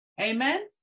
Amen